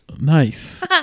Nice